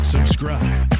Subscribe